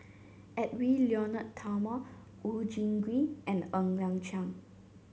Edwy Lyonet Talma Oon Jin Gee and Ng Liang Chiang